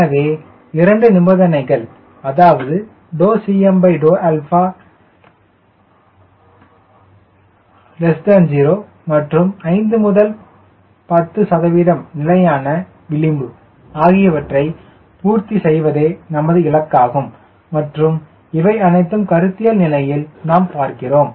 எனவே இரண்டு நிபந்தனைகள் அதாவது ∂CM∂ 0 மற்றும் 5 முதல் 10 சதவீதம் நிலையான விளிம்பு ஆகியவற்றை பூர்த்தி செய்வதே நமது இலக்காகும் மற்றும் இவை அனைத்தும் கருத்தியல் நிலையில் நாம் பார்க்கிறோம்